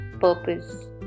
purpose